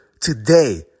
today